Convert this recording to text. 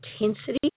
intensity